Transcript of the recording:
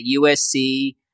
USC